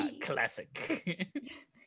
Classic